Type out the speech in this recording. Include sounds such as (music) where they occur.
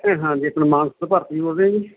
ਹਾਂਜੀ (unintelligible) ਬੋਲਦੇ ਜੀ